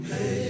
Hey